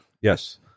Yes